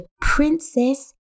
Princess